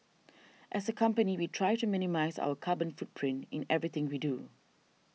as a company we try to minimise our carbon footprint in everything we do